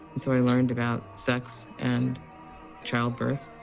so i learned about sex and childbirth.